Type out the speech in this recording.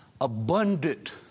Abundant